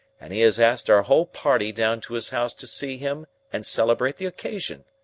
and he has asked our whole party down to his house to see him and celebrate the occasion.